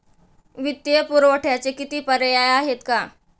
वित्तीय पुरवठ्याचे किती पर्याय आहेत का?